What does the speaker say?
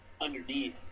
Underneath